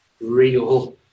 real